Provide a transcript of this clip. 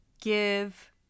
give